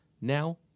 Now